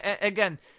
Again